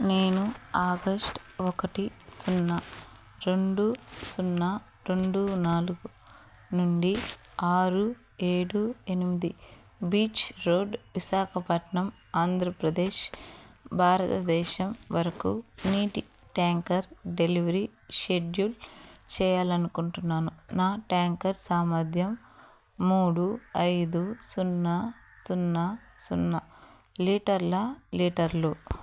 నేను ఆగస్ట్ ఒకటి సున్నా రెండు సున్నా రెండు నాలుగు నుండి ఆరు ఏడు ఎనిమిది బీచ్ రోడ్ విశాఖపట్నం ఆంధ్రప్రదేశ్ భారతదేశం వరకు నీటి ట్యాంకర్ డెలివరీ షెడ్యూల్ చేయాలి అనుకుంటున్నాను నా ట్యాంకర్ సామర్థ్యం మూడు ఐదు సున్నా సున్నా సున్నా లీటర్ల లీటర్లు